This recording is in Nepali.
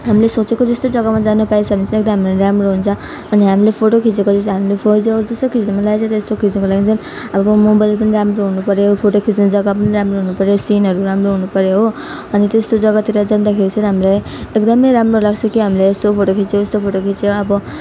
हामीले सोचेको जस्तै जग्गामा जान पाइएछ भने चाहिँ एकदमै राम्रो हुन्छ अनि हामीले फोटो खिचेको जस्तो कि खिच्न मनलागेको छ त्यस्तो खिच्नको लागि चाहिँ अब मोबाइल पनि राम्रो हुनुपर्यो फोटो खिच्ने जग्गा पनि राम्रो हुनुपर्यो सिनहरू राम्रो हुनुपर्यो हो अनि त्यस्तो जग्गातिर जाँदाखेरि चाहिँ हामीले एकदमै राम्रो लाग्छ कि हामीलाई यस्तो फोटो खिच्यो यस्तो फोटो खिच्यो अब